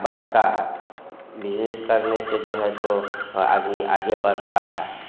बढ़ता हैं बिजनेस करने से जो है सो आदमी आगे बढ़ता है